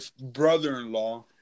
brother-in-law